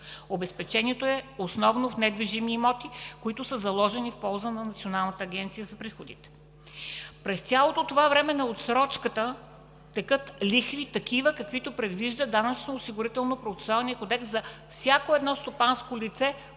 Обезпечението е основно в недвижими имоти, които са заложени в полза на Националната агенция за приходите. През цялото време на отсрочката текат лихви такива, каквито предвижда Данъчно-осигурителният процесуален кодекс за всяко стопанско лице,